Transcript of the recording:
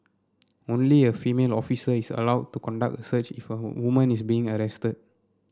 only a female officer is allowed to conduct a search if a a woman is being arrested